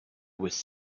was